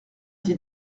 dis